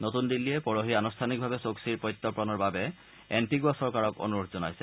নতুন দিল্লীয়ে পৰহি আনুষ্ঠানিকভাৱে চোক্চিৰ প্ৰত্যৰ্পণৰ বাবে এণ্টিগুৱা চৰকাৰক অনূৰোধ জনাইছে